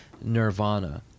nirvana